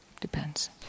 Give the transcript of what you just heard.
depends